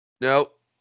Nope